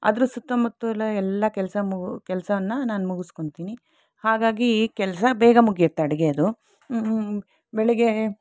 ಅದರ ಸುತ್ತಮುತ್ತಲು ಎಲ್ಲ ಕೆಲಸ ಕೆಲಸನ ನಾನು ಮುಗಿಕೋತ್ತೀನಿ ಹಾಗಾಗಿ ಕೆಲಸ ಬೇಗ ಮುಗಿಯುತ್ತೆ ಅಡುಗೆದು ಬೆಳಗ್ಗೆ